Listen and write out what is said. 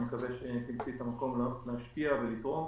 אני מקווה שתמצאי את המקום להשפיע ולתרום.